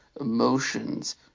emotions